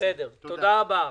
תודה רבה.